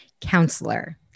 counselor